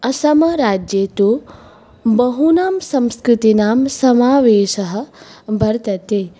असमराज्ये तु बहूनां संस्कृतीनां समावेशः वर्तते